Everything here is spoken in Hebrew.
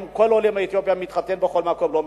אם כל עולה מאתיופיה מתחתן בכל מקום או לא.